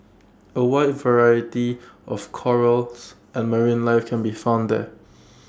A wide variety of corals and marine life can be found there